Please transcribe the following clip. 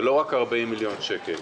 זה לא רק 40 מיליון שקל,